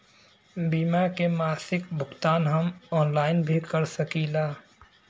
बीमा के मासिक भुगतान हम ऑनलाइन भी कर सकीला?